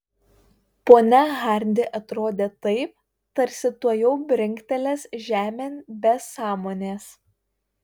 ponia hardi atrodė taip tarsi tuojau brinktelės žemėn be sąmonės